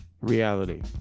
reality